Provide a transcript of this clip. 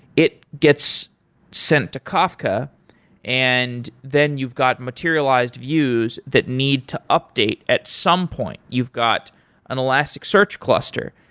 it gets sent to kafka and then you've got materialized views that need to update at some point you've got an elastic search cluster.